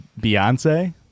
Beyonce